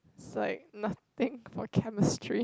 is like nothing for chemistry